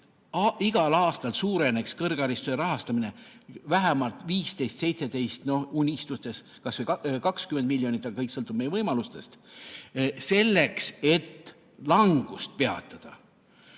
igal aastal suureneks kõrghariduse rahastamine vähemalt 15–17 miljonit, unistustes kas või 20 miljonit – aga kõik sõltub meie võimalustest –, selleks et langust peatada. Nüüd